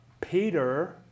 Peter